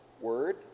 word